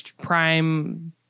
prime